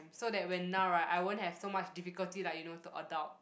so that when now right I won't have so much difficulty like you know to adult